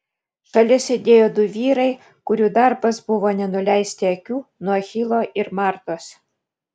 šalia sėdėjo du vyrai kurių darbas buvo nenuleisti akių nuo achilo ir martos